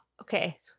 Okay